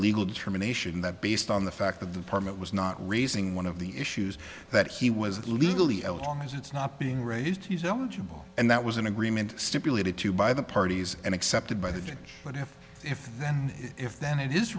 legal determination that based on the fact of the apartment was not raising one of the issues that he was legally along as it's not being raised he's eligible and that was an agreement stipulated to by the parties and accepted by the judge but if if then if then it is